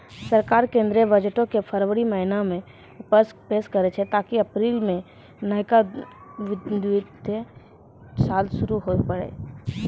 सरकार केंद्रीय बजटो के फरवरी महीना मे पेश करै छै ताकि अप्रैल मे नयका वित्तीय साल शुरू हुये पाड़ै